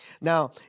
now